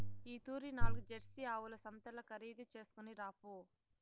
ఈ తూరి నాల్గు జెర్సీ ఆవుల సంతల్ల ఖరీదు చేస్కొని రాపో